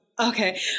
Okay